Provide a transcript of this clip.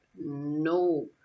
no